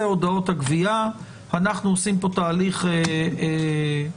הודעות הגבייה אנחנו עושים פה תהליך מדורג.